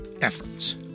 efforts